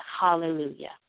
hallelujah